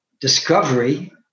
discovery